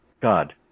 God